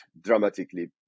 dramatically